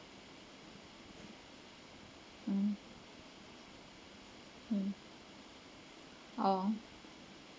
mm mm oh